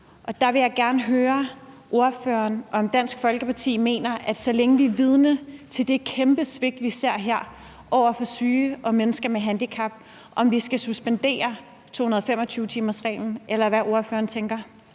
Og der vil jeg gerne høre ordføreren, om Dansk Folkeparti mener, at så længe vi er vidne til det kæmpe svigt, vi ser her, over for syge og mennesker med handicap, skal vi suspendere 225-timersreglen, eller hvad ordføreren tænker.